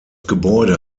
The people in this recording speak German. gebäude